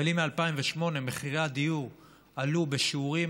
אבל אם מ-2008 מחירי הדיור עלו בשיעורים